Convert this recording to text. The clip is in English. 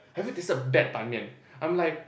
have you tasted bad Ban-Mian I'm like